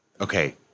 Okay